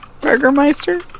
Burgermeister